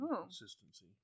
consistency